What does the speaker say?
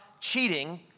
cheating